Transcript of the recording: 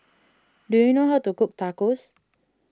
do you know how to cook Tacos